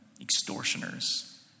extortioners